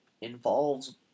involves